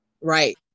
Right